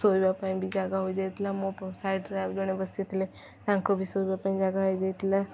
ଶୋଇବା ପାଇଁ ବି ଜାଗା ହୋଇଯାଇଥିଲା ମୋ ସାଇଡ଼ରେ ଆଉ ଜଣେ ବସିଥିଲେ ତାଙ୍କୁ ବି ଶୋଇବା ପାଇଁ ଜାଗା ହେଇଯାଇଥିଲା